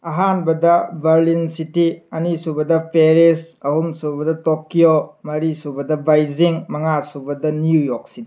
ꯑꯍꯥꯟꯕꯗ Berlin city ꯑꯅꯤꯁꯨꯕꯗ Paris ꯑꯍꯨꯝꯁꯨꯕꯗ ꯇꯣꯛꯀ꯭ꯌꯣ ꯃꯔꯤꯁꯨꯕꯗ ꯕꯩꯖꯤꯡ ꯃꯉꯥꯁꯨꯕꯗ ꯅꯤꯎ ꯌ꯭ꯣꯔꯛ ꯁꯤꯇꯤ